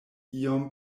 iom